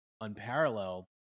unparalleled